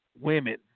Women